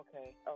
Okay